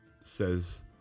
says